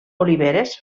oliveres